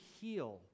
heal